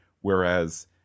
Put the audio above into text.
whereas